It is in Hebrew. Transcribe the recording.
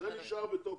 זה נשאר בתוקף,